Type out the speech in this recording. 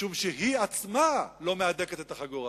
משום שהיא עצמה לא מהדקת את החגורה,